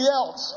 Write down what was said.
else